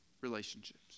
relationships